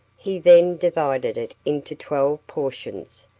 he then divided it into twelve portions,